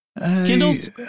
Kindles